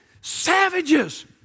savages